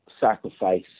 sacrifice